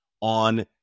on